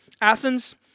Athens